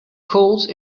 cold